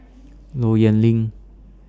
Low Yen Ling